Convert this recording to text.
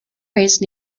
raised